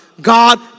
God